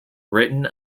written